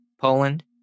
poland